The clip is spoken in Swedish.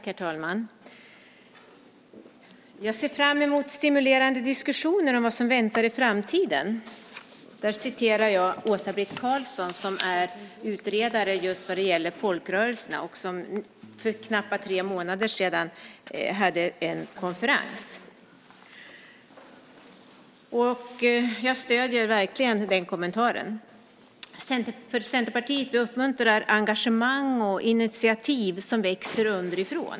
Herr talman! Jag ser fram emot stimulerande diskussioner om vad som väntar i framtiden. Där citerar jag Åsa-Britt Karlsson som är utredare just vad gäller folkrörelserna och som för knappa tre månader sedan hade en konferens. Jag stöder verkligen den kommentaren. Centerpartiet uppmuntrar engagemang och initiativ som växer underifrån.